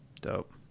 dope